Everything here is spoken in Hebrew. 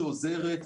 שעוזרת.